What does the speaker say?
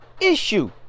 issue